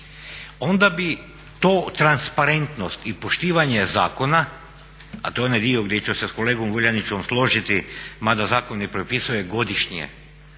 onda bi to transparentnost i poštivanje zakona, a to je onaj dio di ću se s kolegom Vuljanićem složiti ma da zakone propisuje godišnje